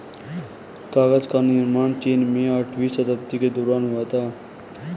कागज का निर्माण चीन में आठवीं शताब्दी के दौरान हुआ था